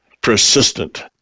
persistent